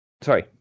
Sorry